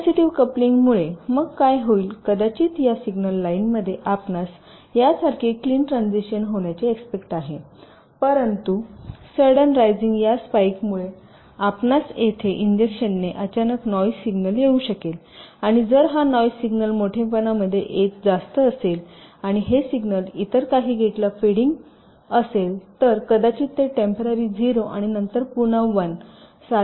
capacitive coupling मुळे मग काय होईल कदाचित या सिग्नल लाइनमध्ये आपणास यासारखे क्लीन ट्रान्सिशन होण्याची एक्स्पेक्ट आहे परंतु सडन रायजिंग या स्पाइकमुळे आपणास येथे इंजेक्शनने अचानक नॉइज सिग्नल येऊ शकेल आणि जर हा नॉइज सिग्नल मोठेपणा मध्ये जास्त असेल आणि हे सिग्नल इतर काही गेटला फीडिंग असेल तर कदाचित ते टेम्पोरारी 0 आणि नंतर पुन्हा 1 सारखे ओळखले जाईल